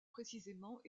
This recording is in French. précisément